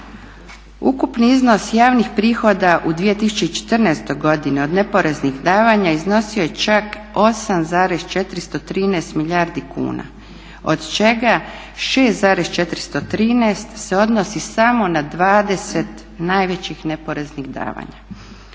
Ukupni iznos javnih prihoda u 2014. godini od neporeznih davanja iznosio je čak 8,413 milijardi kuna od čega 6,413 se odnosi samo na 20 najvećih neporeznih davanja.